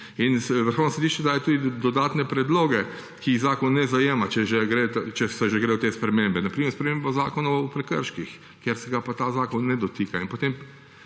Vrhovno sodišče daje tudi dodatne predloge, ki jih zakon ne zajema, če se že gre v te spremembe. Na primer spremembo zakona o prekrških, ki se ga pa ta zakon ne dotika.